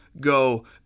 go